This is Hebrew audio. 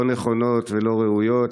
לא נכונות ולא ראויות.